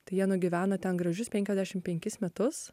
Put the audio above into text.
tai jie nugyveno ten gražius penkiodešim penkis metus